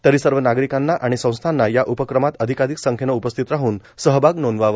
तरी सर्व नागरिकांना आणि संस्थांना या उपक्रमात अधिकाधिक संख्येने उपस्थित राहन सहभाग नोंदवावा